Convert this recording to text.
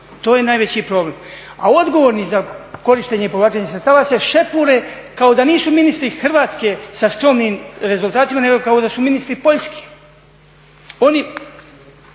to je najveći problem. A odgovorni za korištenje i povlačenje sredstava se šepure kao da nisu ministri Hrvatske sa skromnim rezultatima, nego kao da su ministri Poljske. Oni